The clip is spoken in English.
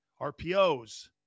RPOs